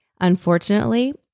Unfortunately